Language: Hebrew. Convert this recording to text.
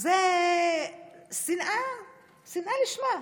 זו שנאה לשמה.